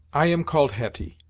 i am called hetty,